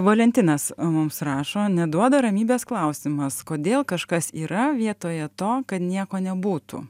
valentinas mums rašo neduoda ramybės klausimas kodėl kažkas yra vietoje to kad nieko nebūtų